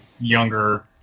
younger